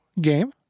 game